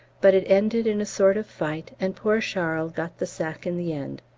but it ended in a sort of fight, and poor charles got the sack in the end,